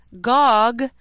Gog